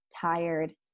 tired